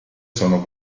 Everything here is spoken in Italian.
sono